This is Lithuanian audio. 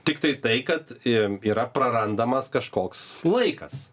tiktai tai kad i yra prarandamas kažkoks laikas